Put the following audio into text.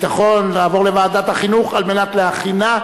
התרבות והספורט נתקבלה.